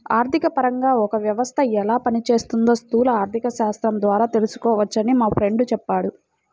ఆర్థికపరంగా ఒక వ్యవస్థ ఎలా పనిచేస్తోందో స్థూల ఆర్థికశాస్త్రం ద్వారా తెలుసుకోవచ్చని మా ఫ్రెండు చెప్పాడు